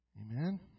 Amen